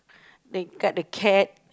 they cut the cat